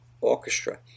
Orchestra